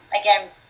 again